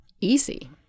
easy